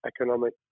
economic